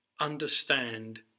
understand